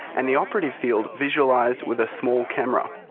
and the operative field visualised with a small camera.